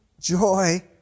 joy